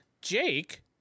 Jake